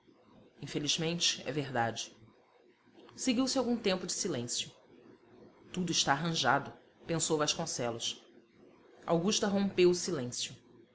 infelizmente é verdade seguiu-se algum tempo de silêncio tudo está arranjado pensou vasconcelos augusta rompeu o silêncio